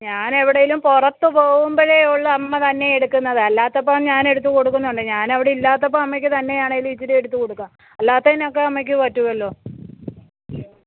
ഞാൻ എവിടെയെങ്കിലും പുറത്തുപോകുമ്പഴെ ഉള്ളൂ അമ്മ തന്നെ എടുക്കുന്നത് അല്ലാത്തപ്പോൾ ഞാൻ എടുത്ത് കൊടുക്കുന്നുണ്ട് ഞാൻ അവിടെ ഇല്ലാത്തപ്പം അമ്മക്ക് തന്നെയാണെങ്കിലും ഇച്ചിരി എടുത്തുകൊടുക്കാം അല്ലാത്തതിനൊക്കെ അമ്മക്ക് പറ്റുമല്ലോ